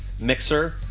mixer